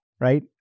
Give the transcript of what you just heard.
right